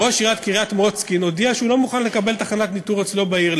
ראש עיריית קריית-מוצקין הודיע שהוא לא מוכן לקבל תחנת ניטור אצלו בעיר.